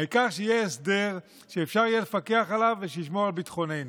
העיקר שיהיה הסדר שאפשר יהיה לפקח עליו ושישמור על ביטחוננו.